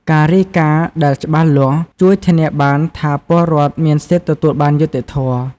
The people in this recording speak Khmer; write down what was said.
ការរាយការណ៍ដែលច្បាស់លាស់ ជួយធានាបានថាពលរដ្ឋមានសិទ្ធិទទួលបានយុត្តិធម៌។